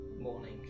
morning